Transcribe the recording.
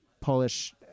Polish